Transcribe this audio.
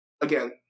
Again